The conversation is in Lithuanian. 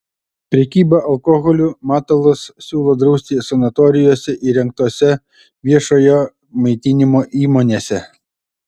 prekybą alkoholiu matulas siūlo drausti sanatorijose įrengtose viešojo maitinimo įmonėse